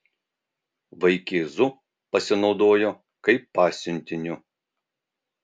vaikėzu pasinaudojo kaip pasiuntiniu